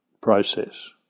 process